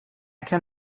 can